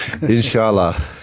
Inshallah